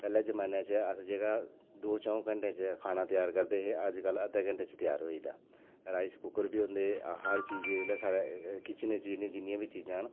पैह्ले जमाने च अस जेह्का द'ऊं च'ऊं घैंटे च खाना त्यार करदे हे अजकल अद्धे घैंटे च त्यार होई जंदा राईस कुक्कर बी होंदे हर चीज जिसलै साढ़ी किचन च जिन्नी जिन्नियां बी चीजां न